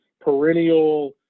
perennial –